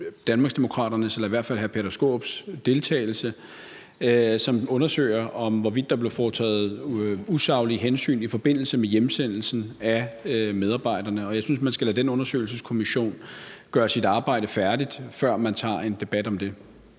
Danmarksdemokraternes eller i hvert fald hr. Peter Skaarups deltagelse, som undersøger, hvorvidt der blev foretaget usaglige hensyn i forbindelse med hjemsendelsen af medarbejderne. Og jeg synes, at man skal lade den undersøgelseskommission gøre sit arbejde færdigt, før man tager en debat om det.